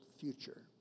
Future